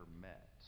met